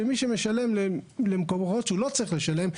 שמי שמשלם למקורות שהוא לא צריך לשלם,